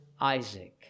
Isaac